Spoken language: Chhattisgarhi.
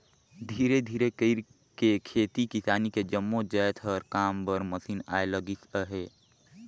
धीरे धीरे कइरके खेती किसानी के जम्मो जाएत कर काम बर मसीन आए लगिस अहे